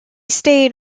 stayed